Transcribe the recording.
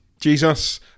Jesus